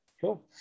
Cool